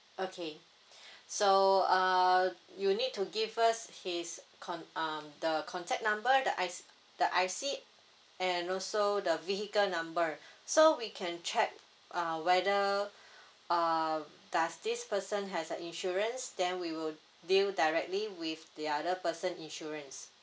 okay so uh you need to give us his con~ um the contact number the i~ the I_C and also the vehicle number so we can check uh whether uh does this person has a insurance then we will deal directly with the other person insurance